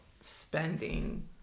spending